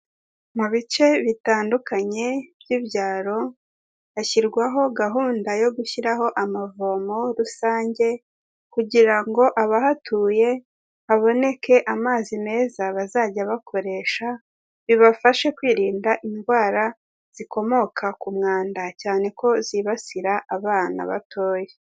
Mu bice bitandukanye by'ibyaro hashyirwaho gahunda yo gushyiraho amavomo rusange, kugira ngo abahatuye haboneke amazi meza bazajya bakoresha. Bibafashe kwirinda indwara zikomoka ku mwanda, cyane ko zibasira abana batoya.